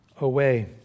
away